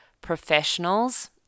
professionals